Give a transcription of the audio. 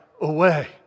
away